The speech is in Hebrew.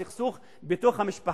או סכסוך בתוך המשפחה,